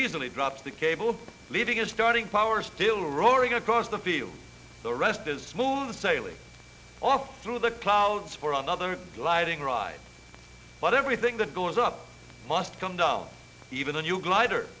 easily drops the cable leaving his starting power still roaring across the field the rest is smooth sailing through the clouds for another gliding ride but everything that goes up must come down even when you glider